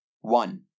One